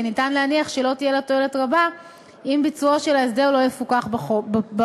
וניתן להניח שלא תהיה לה תועלת רבה אם ביצועו של ההסדר לא יפוקח בפועל.